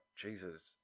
Jesus